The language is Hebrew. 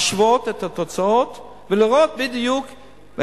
להשוות את התוצאות ולראות בדיוק.